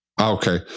Okay